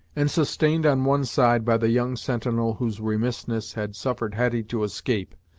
and sustained on one side by the young sentinel whose remissness had suffered hetty to escape,